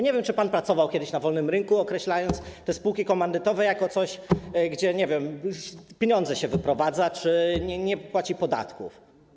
Nie wiem, czy pan pracował kiedyś na wolnym rynku, kiedy określa pan te spółki komandytowe jako coś, gdzie - nie wiem - pieniądze się wyprowadza czy nie płaci się podatków.